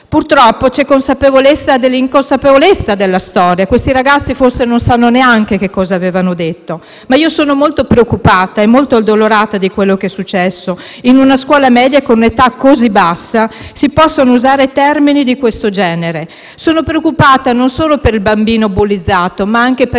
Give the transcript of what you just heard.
Purtroppo, c'è consapevolezza dell'inconsapevolezza della storia. Questi ragazzi forse non sanno neanche cosa avevano detto, ma sono molto preoccupata e addolorata per quanto successo. In una scuola media con un'età così bassa si possono usare termini di questo genere. Sono preoccupata non solo per il bambino bullizzato, ma anche per i bambini